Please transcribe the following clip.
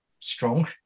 strong